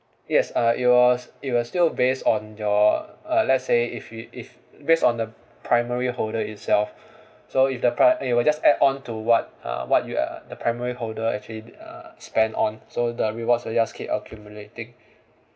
yes uh it was it was still base on your uh let's say if you if base on the primary holder itself so if the pri~ it will just add on to what uh what you uh the primary holder actually uh spend on so the rewards will just keep accumulating